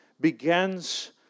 begins